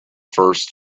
first